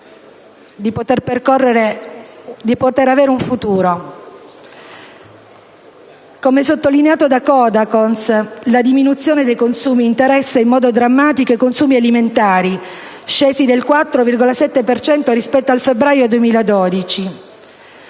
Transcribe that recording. di poter avere un futuro. Come sottolineato da Codacons, la diminuzione dei consumi interessa in modo drammatico quelli alimentari, scesi del 4,7 per cento rispetto al febbraio 2012.